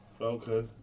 Okay